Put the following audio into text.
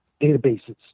databases